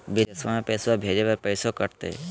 बिदेशवा मे पैसवा भेजे पर पैसों कट तय?